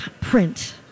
print